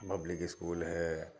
public school ہے